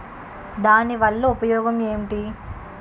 దాని వల్ల ఉపయోగం ఎంటి?